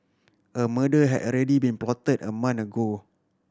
a murder had already been plotted a month ago